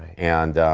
and